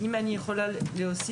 אני יכולה להגיד